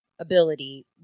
ability